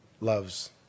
loves